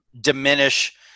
diminish